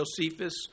Josephus